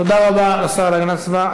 תודה רבה לשר להגנת הסביבה.